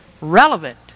relevant